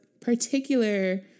particular